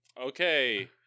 okay